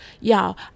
Y'all